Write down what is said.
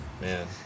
Man